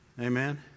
amen